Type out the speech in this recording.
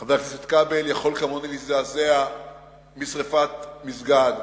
חבר הכנסת כבל יכול כמוני להזדעזע משרפת מסגד,